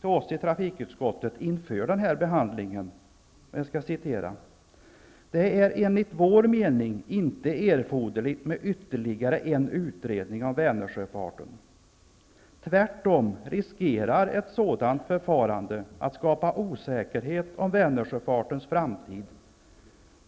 till oss i trafikutskottet inför den behandlingen: ''Det är enligt vår mening inte erforderligt med ytterligare en utredning om Vänersjöfarten. Tvärtom riskerar ett sådant förfarande att skapa osäkerhet om Vänersjöfartens framtid.